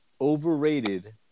overrated